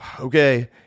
okay